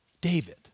David